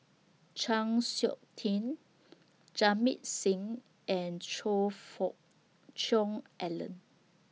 Chng Seok Tin Jamit Singh and Choe Fook Cheong Alan